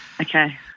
Okay